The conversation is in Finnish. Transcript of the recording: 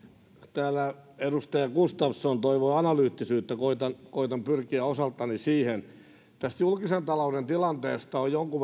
täällä edustaja gustafsson toivoi analyyttisyyttä koetan pyrkiä osaltani siihen tästä julkisen talouden tilanteesta on jonkun